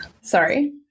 Sorry